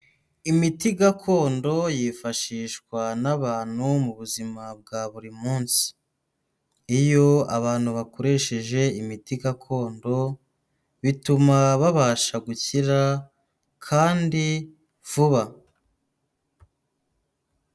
Imiti gakondo yifashishwa n'abantu mu buzima bwa buri munsi. Iyo abantu bakoresheje imiti gakondo, bituma babasha gukira kandi vuba.